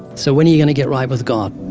so, when are you going to get right with god?